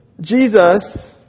Jesus